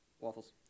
Waffles